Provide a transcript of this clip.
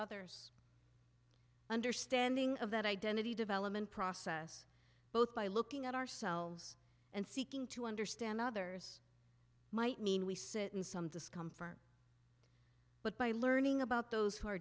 others understanding of that identity development process both by looking at ourselves and seeking to understand others might mean we sit in some discomfort but by learning about those who are